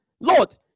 Lord